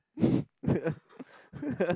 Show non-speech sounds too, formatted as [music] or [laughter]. [laughs]